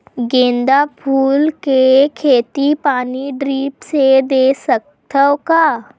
गेंदा फूल के खेती पानी ड्रिप से दे सकथ का?